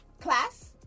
Class